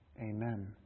Amen